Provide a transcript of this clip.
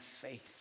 faith